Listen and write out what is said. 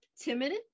timid